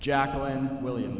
jacqueline william